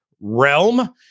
realm